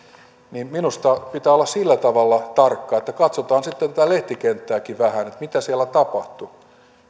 että minusta pitää olla sillä tavalla tarkka että katsotaan sitten tätä lehtikenttääkin vähän mitä siellä tapahtui